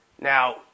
now